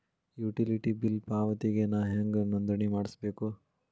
Utility bill ಪಾವತಿಗೆ ನಾ ಹೆಂಗ್ ನೋಂದಣಿ ಮಾಡ್ಸಬೇಕು?